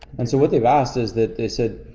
and so what they've asked is that they said,